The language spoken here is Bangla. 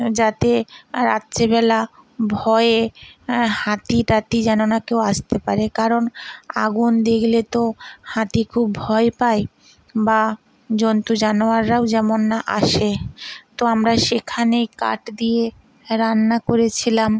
যাতে রাত্রেবেলা ভয়ে হাতি টাতি যেন না কেউ আসতে পারে কারণ আগুন দেখলে তো হাতি খুব ভয় পায় বা জন্তু জানোয়াররাও যেন না আসে তো আমরা সেখানেই কাঠ দিয়ে রান্না করেছিলাম